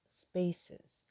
spaces